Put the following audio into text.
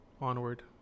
onward